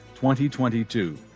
2022